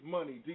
Money